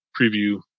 preview